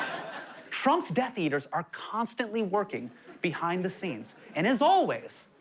trump's death eaters are constantly working behind the scenes, and as always,